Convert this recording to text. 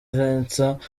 vincent